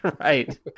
right